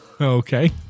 okay